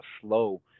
slow